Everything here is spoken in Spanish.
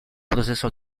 proceso